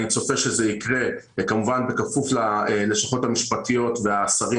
כמובן בכפוף ללשכות המשפטיות והשרים,